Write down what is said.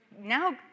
Now